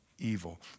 Evil